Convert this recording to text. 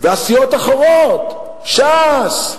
והסיעות האחרות: ש"ס,